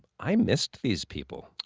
i missed these people.